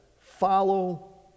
follow